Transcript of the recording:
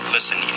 Listen